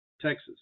Texas